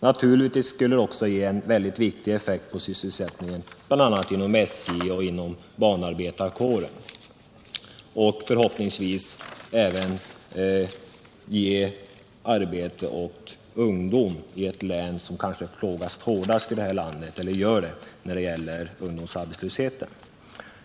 Naturligtvis skulle de också ge en mycket viktig effekt på sysselsättningen, bl.a. inom SJ och inom banarbetarkåren, och förhoppningsvis även ge arbete åt ungdom i ett län, som kanske plågas hårdast i det här landet när det gäller ungdomsarbetslöshet.